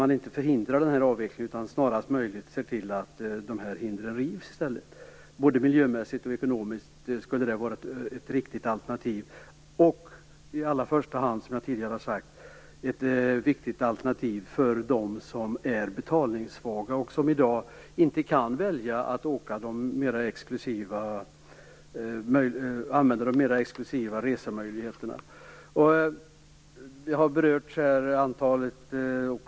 Man får inte förhindra avvecklingen utan bör snarast möjligt se till att dessa hinder rivs. Det skulle både miljömässigt och ekonomiskt vara ett riktigt alternativ. Bussarna är i första hand, som jag tidigare har sagt, ett viktigt alternativ för dem som är betalningssvaga och som i dag inte kan välja att använda de mer exklusiva resemöjligheterna.